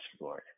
Lord